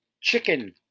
chicken